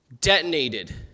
detonated